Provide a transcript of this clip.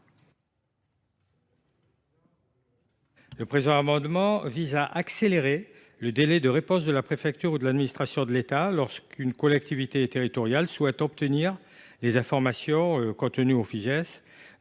Le présent amendement vise à accélérer le délai de réponse de la préfecture ou de l’administration de l’État lorsqu’une collectivité territoriale souhaite obtenir des informations contenues au Fijais,